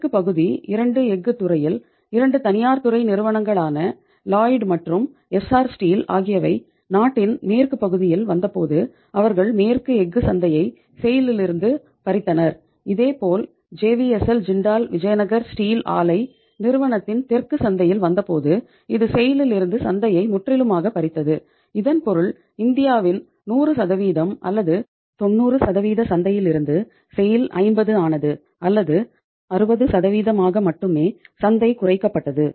மேற்கு பகுதி 2 எஃகு துறையில் 2 தனியார் துறை நிறுவனங்களான லாயிட் 50 ஆனது அல்லது 60 ஆக மட்டுமே சந்தை குறைக்கப்பட்டது